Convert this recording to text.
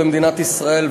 במדינת ישראל,